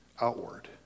outward